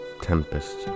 tempest